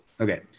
Okay